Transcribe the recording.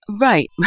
right